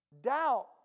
Doubt